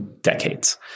decades